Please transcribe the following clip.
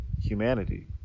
humanity